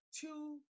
two